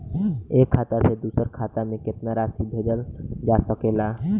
एक खाता से दूसर खाता में केतना राशि भेजल जा सके ला?